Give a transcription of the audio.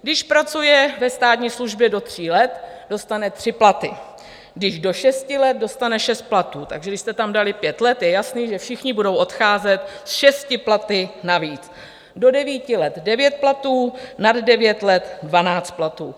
Když pracuje ve státní službě do tří let, dostane tři platy, když do šesti let, dostane šest platů takže když jste tam dali pět let, je jasné, že všichni budou odcházet se šesti platy navíc do devíti let devět platů, nad devět let dvanáct platů.